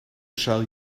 shall